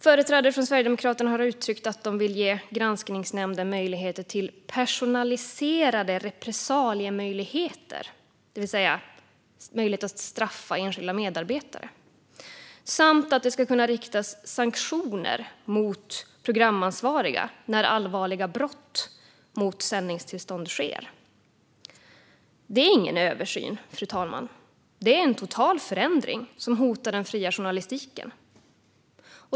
Företrädare från Sverigedemokraterna har uttryckt att de vill ge granskningsnämnden "personaliserade repressaliemöjligheter", det vill säga möjligheter att straffa enskilda medarbetare, samt att det ska kunna riktas sanktioner mot programansvariga när "allvarliga brott mot sändningstillstånd sker". Fru talman! Det är ingen översyn. Det är en total förändring som hotar den fria journalistiken.